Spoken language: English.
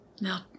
Now